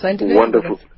Wonderful